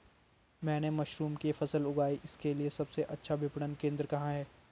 मैंने मशरूम की फसल उगाई इसके लिये सबसे अच्छा विपणन केंद्र कहाँ है?